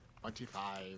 Twenty-five